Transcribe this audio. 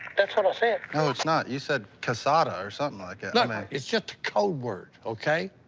that's what i said. no, it's not. you said casada, or something like and i mean it's just a code word, okay,